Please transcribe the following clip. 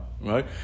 right